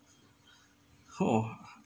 oh